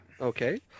Okay